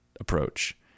approach